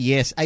Yes